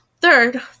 Third